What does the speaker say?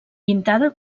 pintada